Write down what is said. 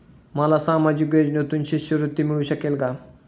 मला सामाजिक योजनेतून शिष्यवृत्ती मिळू शकेल का?